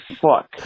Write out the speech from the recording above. fuck